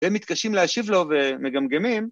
והם מתקשים להשיב לו ומגמגמים.